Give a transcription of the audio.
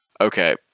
Okay